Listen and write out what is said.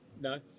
No